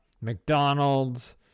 McDonald's